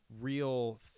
real